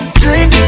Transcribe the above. drink